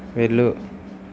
వెళ్ళు